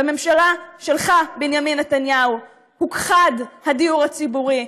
בממשלה שלך, בנימין נתניהו, הוכחד הדיור הציבורי.